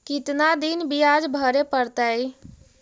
कितना दिन बियाज भरे परतैय?